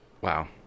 Wow